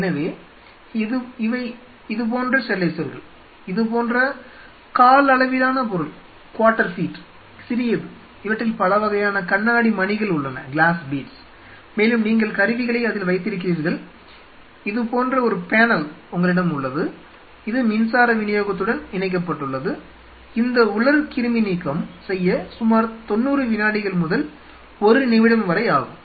எனவே இவை இதுபோன்ற ஸ்டெரிலைசர்கள் இது போன்ற கால் அளவிலான பொருள் சிறியது இவற்றில் பல வகையான கண்ணாடி மணிகள் உள்ளன மேலும் நீங்கள் கருவிகளை அதில் வைத்திருக்கிறீர்கள் இது போன்ற ஒரு பேனல் உங்களிடம் உள்ளது இது மின்சார விநியோகத்துடன் இணைக்கப்பட்டுள்ளது இந்த உலர் கிருமி நீக்கம் செய்ய சுமார் 90 வினாடிகள் முதல் ஒரு நிமிடம் வரை ஆகும்